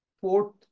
Fourth